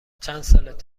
چند